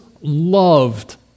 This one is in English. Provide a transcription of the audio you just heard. loved